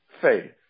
faith